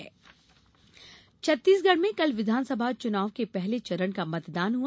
छग मतदान छत्तीसगढ़ में कल विधानसभा चुनाव के पहले चरण का मतदान हुआ